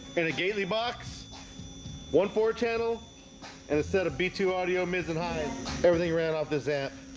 in a gately box one four channel and instead of be to audio mids and high everything ran off this app